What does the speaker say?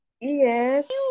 Yes